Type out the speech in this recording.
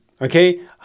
okay